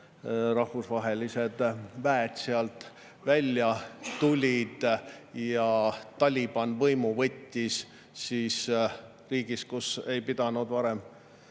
rahvusvahelised väed sealt välja tulid ja Taliban võimu võttis. Riigis, kus ei pidanud varem